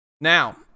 Now